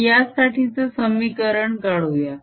आणि यासाठीचे समीकरण काढूया